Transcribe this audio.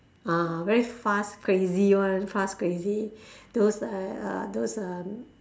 ah very fast crazy one fast crazy those uh uh those um